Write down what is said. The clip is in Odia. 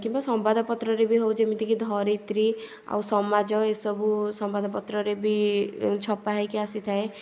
କିମ୍ବା ସମ୍ବାଦ ପତ୍ରରେ ବି ହେଉ ଯେମିତିକି ଧରିତ୍ରୀ ଆଉ ସମାଜ ଏସବୁ ସମ୍ବାଦ ପତ୍ରରେ ବି ଛପା ହେଇକି ଆସିଥାଏ